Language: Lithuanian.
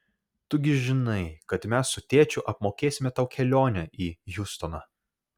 tu gi žinai kad mes su tėčiu apmokėsime tau kelionę į hjustoną